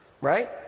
right